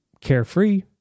carefree